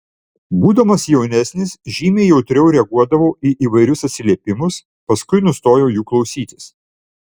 būdamas jaunesnis žymiai jautriau reaguodavau į įvairius atsiliepimus paskui nustojau jų klausytis